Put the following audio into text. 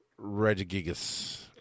Regigigas